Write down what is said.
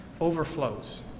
overflows